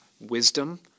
wisdom